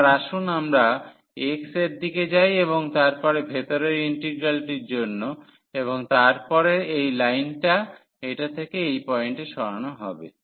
এবার আসুন আমরা x এর দিকে যাই এবং তারপরে ভেতরের ইন্টিগ্রালটির জন্য এবং তারপরে এই লাইনটি এটা থেকে এই পয়েন্টে সরানো হবে